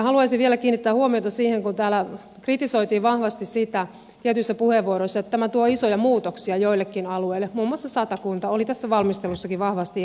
haluaisin vielä kiinnittää huomiota siihen kun täällä kritisoitiin vahvasti tietyissä puheenvuoroissa sitä että tämä tuo isoja muutoksia joillekin alueille muun muassa satakunta oli tässä valmistelussakin vahvasti esillä